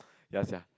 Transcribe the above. ya sia